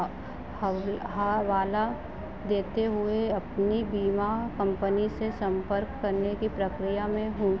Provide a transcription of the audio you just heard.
हह वाला देते हुए अपनी बीमा कंपनी से संपर्क करने की प्रक्रिया में हूँ